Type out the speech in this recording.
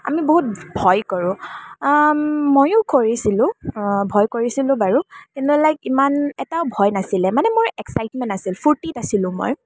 আমি বহুত ভয় কৰোঁ ময়ো কৰিছিলোঁ ভয় কৰিছিলোঁ বাৰু কিন্তু লাইক ইমান এটা ভয় নাছিলে মানে মোৰ এক্সাইটমেণ্ট আছিলে ফূৰ্তিত আছিলোঁ মই